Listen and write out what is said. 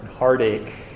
heartache